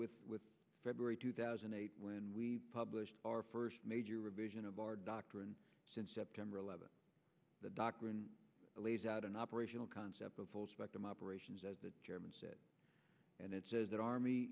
started with february two thousand and eight when we published our first major revision of our doctrine since september eleventh the doctrine lays out an operational concept of spectrum operations as the chairman said and it says that army